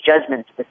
judgments